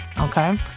Okay